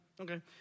okay